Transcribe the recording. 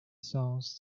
songs